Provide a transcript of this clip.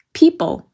people